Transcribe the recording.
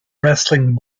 wrestling